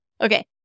Okay